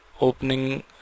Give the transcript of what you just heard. opening